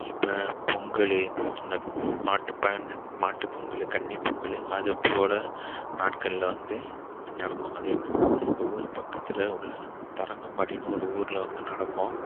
இப்போ பொங்கல் இந்த மாட்டு மாட்டு பொங்கல் கன்னி பொங்கல் அதுபோல் நாட்களில் வந்து நடக்கும் அது எங்கே நடக்கும்னால் எங்கள் ஊர் பக்கத்தில் உள்ள தரங்கம்பாடின்னு ஒரு ஊரில் வந்து நடக்கும்